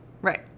Right